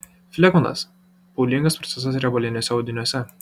flegmonas pūlingas procesas riebaliniuose audiniuose